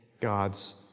God's